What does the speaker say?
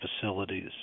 facilities